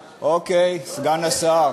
אוקיי, סגן השר.